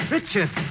Richard